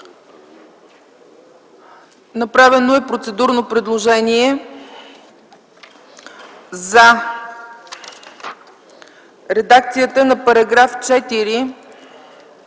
Направено е процедурно предложение за редакция на § 4,